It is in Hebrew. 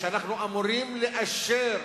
כשאנחנו אמורים לאשר,